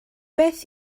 beth